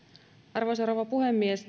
arvoisa rouva puhemies